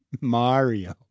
Mario